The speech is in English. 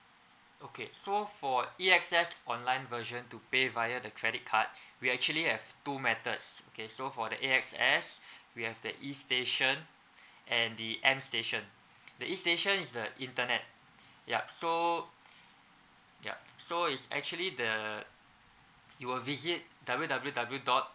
okay so for A_X_S online version to pay via the credit card we actually have two methods okay so for the A_X_S we have the e station and the m station the e station nation is the internet yup so yup so it's actually the you will visit W W W dot